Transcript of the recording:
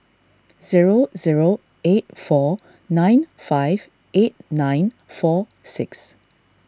zero zero eight four nine five eight nine four six